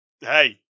Hey